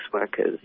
workers